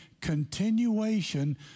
continuation